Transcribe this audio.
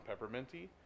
pepperminty